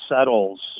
settles